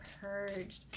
purged